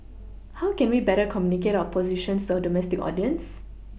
how can we better communicate our positions to our domestic audience